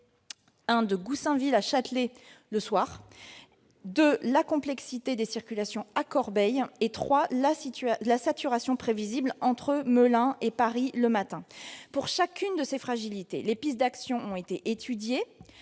de Goussainville à Châtelet, le soir ; deuxièmement, la complexité des circulations à Corbeil ; troisièmement, la saturation prévisible entre Melun et Paris le matin. Pour chacune de ces fragilités, des pistes d'action ont été étudiées.